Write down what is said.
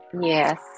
Yes